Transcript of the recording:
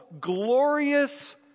glorious